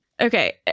Okay